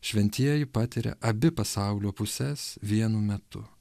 šventieji patiria abi pasaulio puses vienu metu